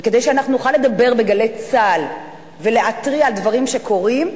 וכדי שאנחנו נוכל לדבר ב"גלי צה"ל" ולהתריע על דברים שקורים,